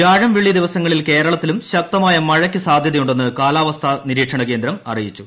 വ്യാഴം വെള്ളി ദിവസങ്ങളിൽ കേരളത്തിലും ശക്തമായ മഴയ്ക്ക് സാധൃതയുണ്ടെന്ന് കാലാവസ്ഥാ നിരീക്ഷണകേന്ദ്രം അറിയിച്ചു